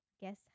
Guess